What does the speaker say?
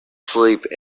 sleep